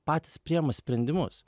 patys priima sprendimus